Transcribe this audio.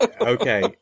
Okay